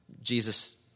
Jesus